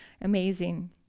Amazing